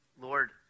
Lord